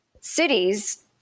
cities